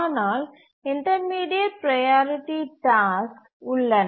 ஆனால் intermediate priority task உள்ளன